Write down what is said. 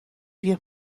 بیا